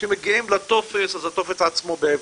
אז כשמגיעים לטופס אז הטופס עצמו בעברית.